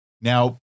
Now